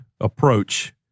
approach